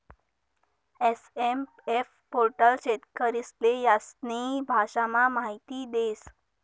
SMF portal शेतकरीस्ले त्यास्नी भाषामा माहिती देस